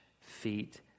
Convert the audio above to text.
feet